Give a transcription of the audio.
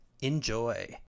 Enjoy